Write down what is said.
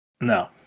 No